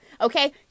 Okay